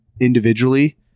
individually